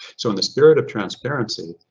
so in the spirit of transparency,